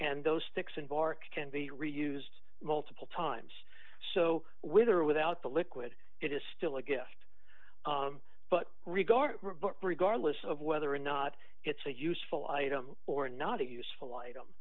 and those sticks and bark can be re used multiple times so with or without the liquid it is still a gift but regard regardless of whether or not it's a useful item or not a useful item